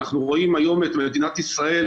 כי אנחנו רואים היום את מדינת ישראל